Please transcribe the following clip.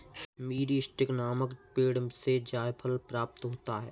मीरीस्टिकर नामक पेड़ से जायफल प्राप्त होता है